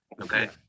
Okay